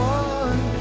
one